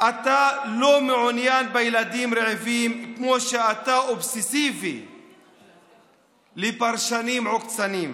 אתה לא מעוניין בילדים רעבים כמו שאתה אובססיבי לפרשנים עוקצניים.